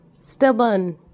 stubborn